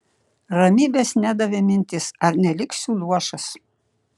ramybės nedavė mintis ar neliksiu luošas